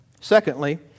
Secondly